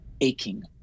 aching